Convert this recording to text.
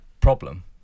problem